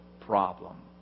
problem